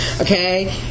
Okay